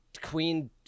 Queen